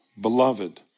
beloved